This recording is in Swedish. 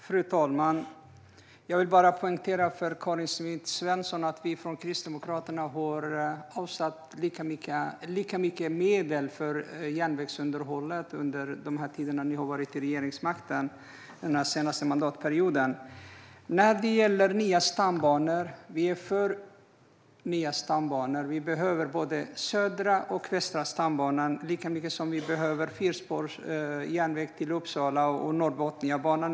Fru talman! Jag vill bara poängtera för Karin Svensson Smith att vi från Kristdemokraterna har avsatt lika mycket medel för järnvägsunderhåll under den senaste mandatperioden som ni som har haft regeringsmakten. Vi är för nya stambanor. Både Södra och Västra stambanan behövs lika mycket som det behövs fyrspårsjärnväg till Uppsala och på Norrbotniabanan.